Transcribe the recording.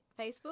Facebook